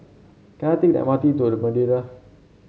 can I take the M R T to The Madeira